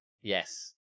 yes